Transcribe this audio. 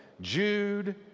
Jude